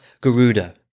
Garuda